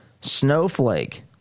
snowflake